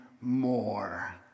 more